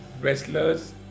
wrestlers